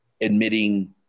admitting